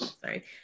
Sorry